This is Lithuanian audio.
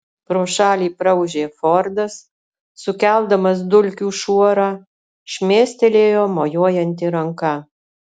pro šalį praūžė fordas sukeldamas dulkių šuorą šmėstelėjo mojuojanti ranka